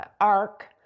arc